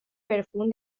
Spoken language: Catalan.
perfum